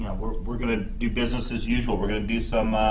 we're we're going to do business as usual. we're going to do some